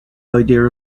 idea